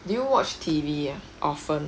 do you watch T_V ah often